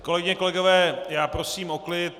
Kolegyně, kolegové, prosím o klid.